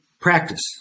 practice